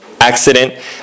accident